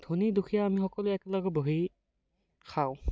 ধনী দুখীয়া আমি সকলোৱে একলগে বহি খাওঁ